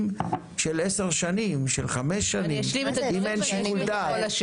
של 10 שנים של 5 שנים אם יש שיקול דעת?